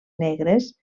negres